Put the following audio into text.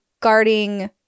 guarding